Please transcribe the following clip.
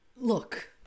Look